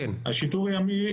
השיטור הימי,